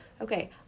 okay